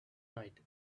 night